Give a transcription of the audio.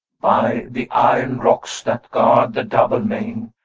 by the iron rocks that guard the double main,